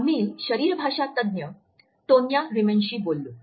आम्ही शरीरभाषा तज्ज्ञ टोन्या रीमनशी बोललो